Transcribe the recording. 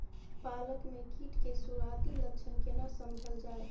पालक में कीट के सुरआती लक्षण केना समझल जाय?